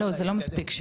זה לא מספיק.